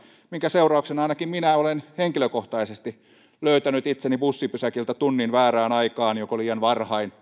minkä seurauksena ainakin minä olen henkilökohtaisesti löytänyt itseni bussipysäkiltä tunnin väärään aikaan joko liian varhain